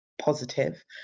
positive